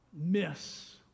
miss